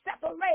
separate